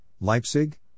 Leipzig